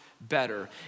better